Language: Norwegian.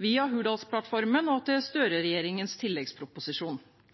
via Hurdalsplattformen og til